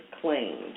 claimed